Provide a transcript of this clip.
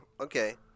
Okay